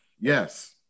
yes